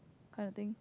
kind of thing